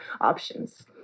options